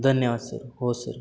धन्यवाद सर हो सर